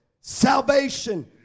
salvation